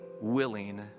willing